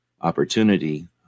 opportunity